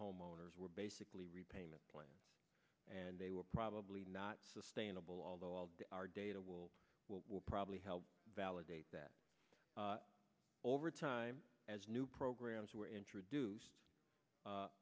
homeowners were basically repayment plans and they were probably not sustainable although all our data will will probably help validate that over time as new programs were introduced